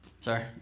sorry